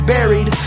Buried